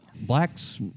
blacks